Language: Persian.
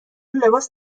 لباس